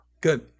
good